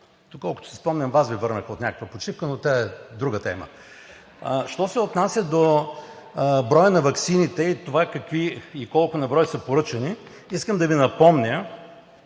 Доколкото си спомням, Вас Ви върнаха от някакъв почивка, но това е друга тема. Що се отнася до броя на ваксините и това какви и колко на брой са поръчани, искам да Ви напомня,